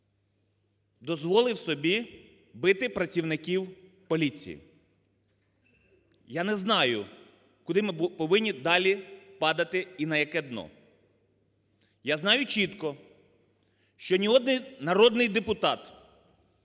дозволив собі бити працівників поліції. Я не знаю, куди ми повинні далі падати і на яке дно. Я знаю чітко, що ні один народний депутат